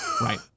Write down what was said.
Right